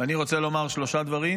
ואני רוצה לומר שלושה דברים,